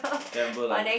then I remember like